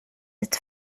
its